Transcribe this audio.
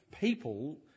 people